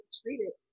treated